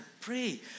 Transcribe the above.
Pray